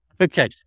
okay